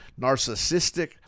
narcissistic